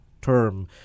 term